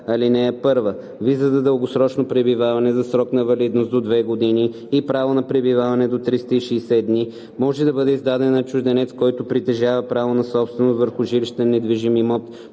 15а. (1) Виза за дългосрочно пребиваване със срок на валидност до 2 години и право на пребиваване до 360 дни може да бъде издадена на чужденец, който притежава право на собственост върху жилищен недвижим имот